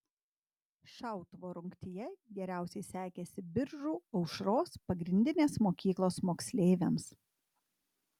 šautuvo rungtyje geriausiai sekėsi biržų aušros pagrindinės mokyklos moksleiviams